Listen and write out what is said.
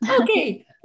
okay